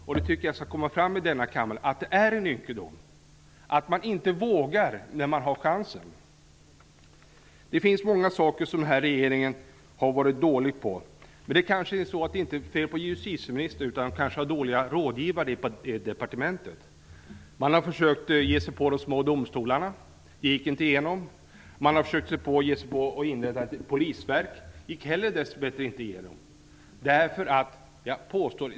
Jag tycker att det i denna kammare skall komma fram att det är ynkligt att man inte vågar när man har chansen. Det finns mycket som den här regeringen har varit dålig på. Det kanske inte är fel på justitieministern. Hon har kanske dåliga rådgivare i departementet. Man har försökt att ge sig på de små domstolarna. Det gick inte igenom. Man har försökt att inrätta ett polisverk. Det gick dess bättre inte heller igenom.